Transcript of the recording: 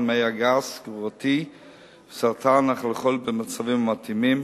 המעי הגס גרורתי וסרטן החלחולת במצבים המתאימים.